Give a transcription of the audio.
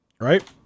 right